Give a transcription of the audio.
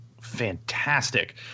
fantastic